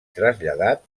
traslladat